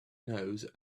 nose